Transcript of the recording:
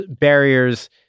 barriers